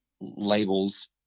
labels